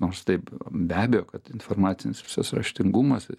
nors taip be abejo kad informacinis visas raštingumas